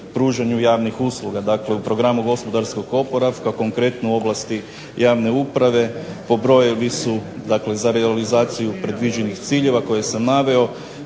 u programu gospodarskog oporavka konkretno ovlasti javne uprave …/Ne razumije se./… dakle za realizaciju predviđenih ciljeva koje sam naveo